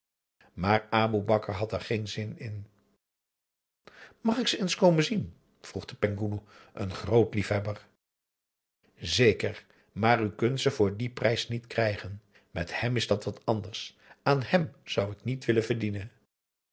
maar aboe bakar had er geen zin in mag ik ze eens komen zien vroeg de penghoeloe een groot liefhebber zeker maar u kunt ze voor dien prijs niet krijgen met hem is dat wat anders aan hem zou ik niet willen verdienen